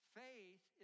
faith